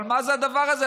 אבל מה זה הדבר הזה?